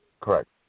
Correct